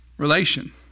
Relation